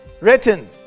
written